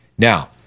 Now